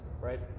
right